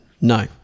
No